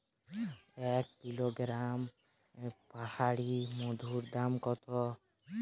এক কিলোগ্রাম পাহাড়ী মধুর দাম কত?